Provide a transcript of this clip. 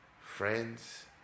Friends